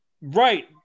right